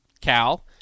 Cal